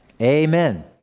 amen